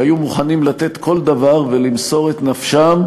שהיו מוכנים לתת כל דבר ולמסור את נפשם